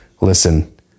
listen